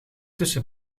tussen